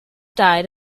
died